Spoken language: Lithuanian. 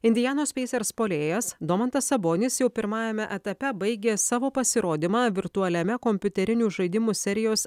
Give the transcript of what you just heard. indianos peisers puolėjas domantas sabonis jau pirmajame etape baigė savo pasirodymą virtualiame kompiuterinių žaidimų serijos